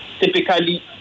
Typically